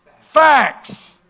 facts